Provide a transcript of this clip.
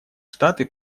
штаты